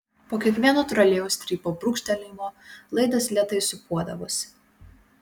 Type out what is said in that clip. po kiekvieno trolėjaus strypo brūkštelėjimo laidas lėtai sūpuodavosi